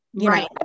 right